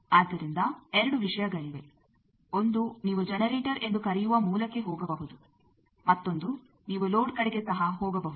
ಆದ್ದರಿಂದ ಎರಡು ವಿಷಯಗಳಿವೆ ಒಂದು ನೀವು ಜನೆರೇಟರ್ ಎಂದು ಕರೆಯುವ ಮೂಲಕ್ಕೆ ಹೋಗಬಹುದು ಮತ್ತೊಂದು ನೀವು ಲೋಡ್ ಕಡೆಗೆ ಸಹ ಹೋಗಬಹುದು